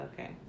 okay